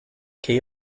key